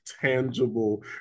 tangible